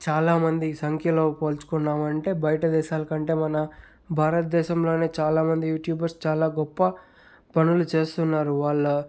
చాలా మంది సంఖ్యలో పోల్చుకున్నామంటే బయట దేశాల కంటే మన భారతదేశంలోని చాలా మంది యూట్యూబర్స్ చాలా గొప్ప పనులు చేస్తున్నారు వాళ్ళ